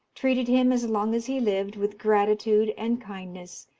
treated him as long as he lived with gratitude and kindness,